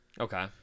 Okay